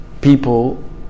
people